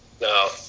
No